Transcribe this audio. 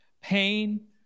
pain